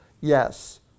Yes